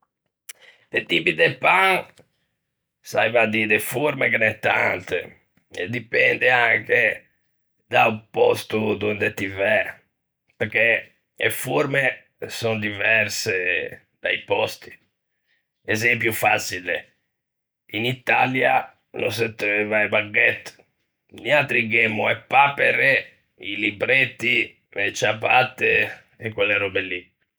De tipi de pan, saiva à dî de forme, ghe n'é tante, e dipende anche da-o pòsto donde ti væ, perché e forme son diverse da-i pòsti. Esempio façile, in Italia no se treuva e baguette; niatri gh'emmo e papere, i libretti e ciabatte e quelle röbe lì.